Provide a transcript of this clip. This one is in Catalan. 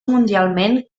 mundialment